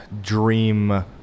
dream